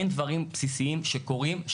אין דברים בסיסיים שקורים,